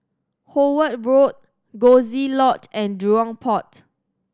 Howard Road Coziee Lodge and Jurong Port